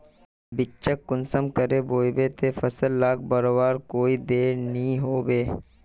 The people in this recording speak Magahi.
बिच्चिक कुंसम करे बोई बो ते फसल लोक बढ़वार कोई देर नी होबे?